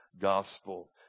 gospel